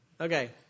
Okay